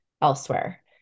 elsewhere